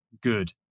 Good